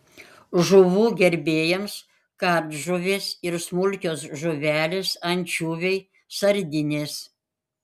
žuvų gerbėjams kardžuvės ir smulkios žuvelės ančiuviai sardinės